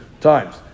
times